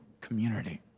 community